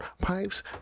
pipes